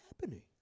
happening